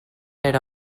era